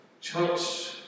church